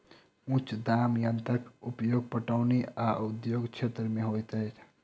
उच्च दाब यंत्रक उपयोग पटौनी आ उद्योग क्षेत्र में होइत अछि